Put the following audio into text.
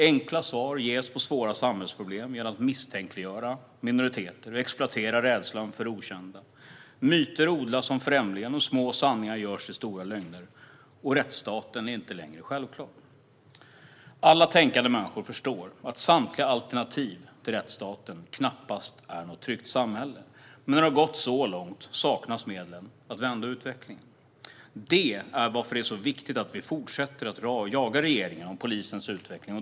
Enkla svar ges på svåra samhällsproblem genom att misstänkliggöra minoriteter och exploatera rädslan för det okända. Myter odlas om främlingen, små sanningar görs till stora lögner och rättsstaten är inte längre självklar. Alla tänkande människor förstår att samtliga alternativ till rättsstaten knappast är något tryggt samhälle. Men när det har gått så långt saknas medlen att vända utvecklingen. Det är varför det är så viktigt att vi fortsätter att jaga regeringen om polisens utveckling.